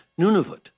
Nunavut